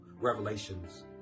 Revelations